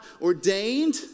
ordained